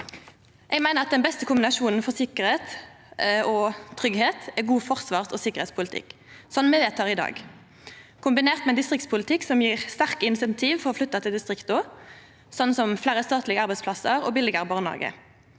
den beste kombinasjonen for sikkerheit og tryggleik er god forsvars- og sikkerheitspolitikk, som me vedtar i dag, kombinert med ein distriktspolitikk som gjev sterke insentiv for å flytta til distrikta, som fleire statlege arbeidsplassar og billegare barnehage.